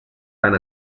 tant